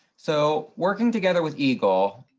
so, working together with egle,